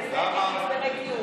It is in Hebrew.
לזה אין הסדרי דיון.